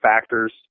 factors